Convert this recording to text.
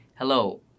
Hello